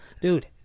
dude